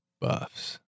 buffs